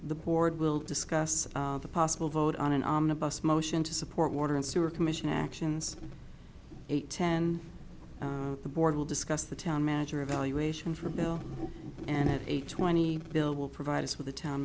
the board will discuss the possible vote on an omnibus motion to support water and sewer commission actions eight ten the board will discuss the town manager evaluation for bill and at eight twenty bill will provide us with a town